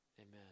Amen